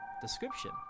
Description